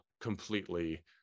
completely